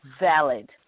valid